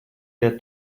der